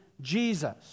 Jesus